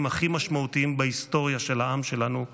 הכי משמעותיים בהיסטוריה של העם שלנו,